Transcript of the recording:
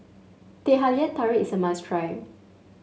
Teh Halia Tarik is a must try